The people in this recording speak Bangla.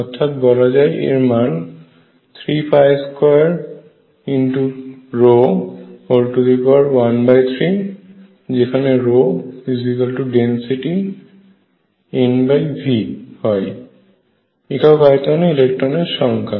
অর্থাৎ বলা যায় এর মান 32×ρ13 যেখানে ρNV হয় একক আয়তনে ইলেকট্রনের সংখ্যা